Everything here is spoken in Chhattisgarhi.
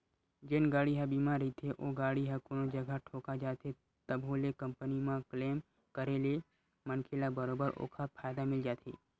जेन गाड़ी ह बीमा रहिथे ओ गाड़ी ह कोनो जगा ठोका जाथे तभो ले कंपनी म क्लेम करे ले मनखे ल बरोबर ओखर फायदा मिल जाथे